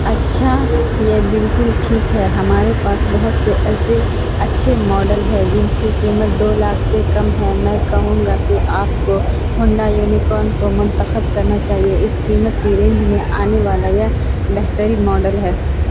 اچھا یہ بالکل ٹھیک ہے ہمارے پاس بہت سے ایسے اچھے ماڈل ہے جن کی قیمت دو لاکھ سے کم ہیں میں کہوں گا کہ آپ کو ہونڈا یونیکورن کو منتخب کرنا چاہیے اس قیمت کی رینج میں آنے والا یہ بہترین ماڈل ہے